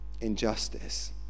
injustice